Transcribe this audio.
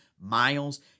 miles